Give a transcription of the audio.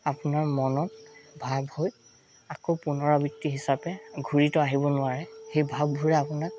আপোনাৰ মনৰ ভাৱ হৈ আকৌ পুনৰাবৃত্তি হিচাপে ঘূৰিটো আহিব নোৱাৰে সেই ভাৱবোৰ আপোনাক